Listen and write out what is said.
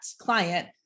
client